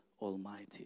Almighty